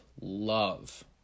love